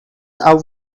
are